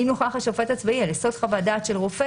אם נוכח השופט הצבאי על יסוד חוות דעת של רופא